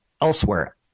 Elsewhere